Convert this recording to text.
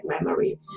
memory